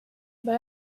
but